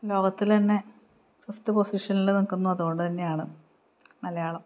ലോകത്തിൽതന്നെ first പൊസിഷനിൽ നിൽക്കുന്നു അതുകൊണ്ടുതന്നെയാണ് മലയാളം